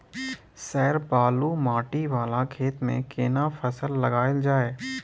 Sir बालू माटी वाला खेत में केना फसल लगायल जाय?